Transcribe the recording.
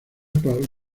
por